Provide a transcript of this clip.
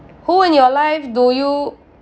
who in your life do you